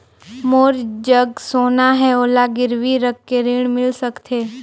मोर जग सोना है ओला गिरवी रख के ऋण मिल सकथे?